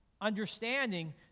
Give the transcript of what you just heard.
understanding